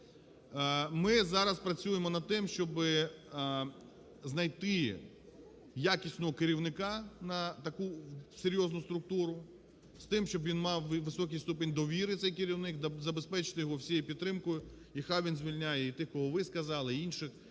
Ми зараз працюємо над тим, щоб знайти якісного керівника на таку серйозну структуру з тим, щоб він мав високий ступінь довіри, цей керівник, забезпечити його всією підтримкою і нехай він звільняє тих, кого ви сказали, і інших.